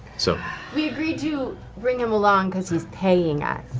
so we agreed to bring him along because he's paying